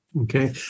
Okay